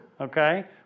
okay